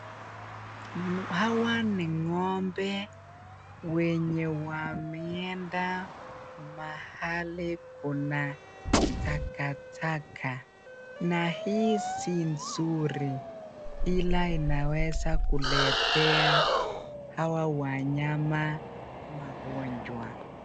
Hawa ni ng'ombe wenye wameenda mahali kuna takataka. Na hizi ni nzuri ila inaweza kuletea hawa wanyama magonjwa.